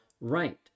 right